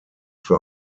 für